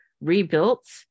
rebuilt